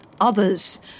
others